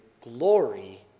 glory